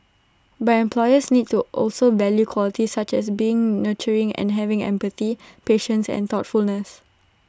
but employers needs to also value qualities such as being nurturing and having empathy patience and thoughtfulness